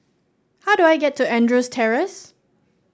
how do I get to Andrews Terrace